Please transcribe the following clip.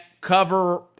cover